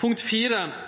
Punkt fire: